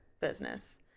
business